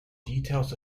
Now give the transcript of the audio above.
details